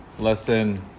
Lesson